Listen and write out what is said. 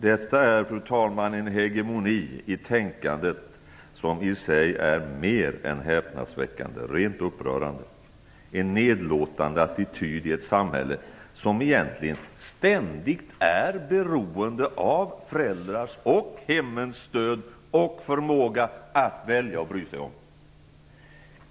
Detta, fru talman, är en hegemoni i tänkandet som i sig är mer än häpnadsväckande, rent upprörande. En nedlåtande attityd i ett samhälle som egentligen ständigt är beroende av föräldrars och hemmens stöd och förmåga att välja och bry sig om.